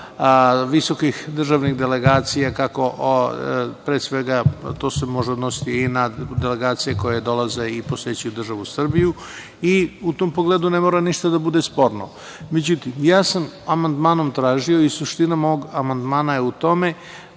visokih državnih delegacija, pre svega se to može odnositi i na delegacije koje dolaze i posećuju državu Srbiju i u tom pogledu ne mora ništa da bude sporno.Međutim, ja sam amandmanom tražio i suština mog amandmana je u tome